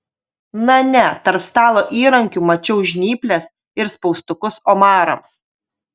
na ne tarp stalo įrankių mačiau žnyples ir spaustukus omarams